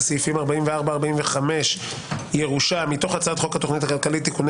על סעיפים 45-44 (ירושה) מתוך הצעת חוק התכנית הכלכלית (תיקוני